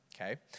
okay